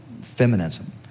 feminism